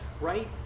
right